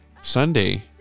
Sunday